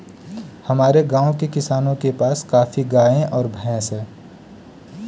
हमारे गाँव के किसानों के पास काफी गायें और भैंस है